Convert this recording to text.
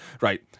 right